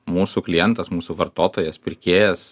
mūsų klientas mūsų vartotojas pirkėjas